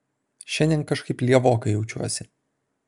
šiandien kažkaip lievokai jaučiuosi